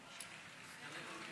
ההצעה להעביר את הנושא לוועדת העבודה,